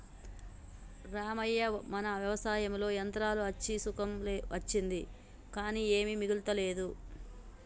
రామవ్వ మన వ్యవసాయంలో యంత్రాలు అచ్చి సుఖం అచ్చింది కానీ ఏమీ మిగులతలేదు